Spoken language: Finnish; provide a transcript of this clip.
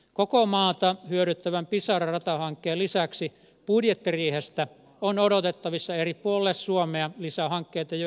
koko maata hyödyttävän pisara ratahankkeen lisäksi budjettiriihestä on odotettavissa eri puolelle suomea lisähankkeita jo ensi vuodelle